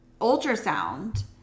ultrasound